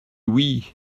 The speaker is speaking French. oui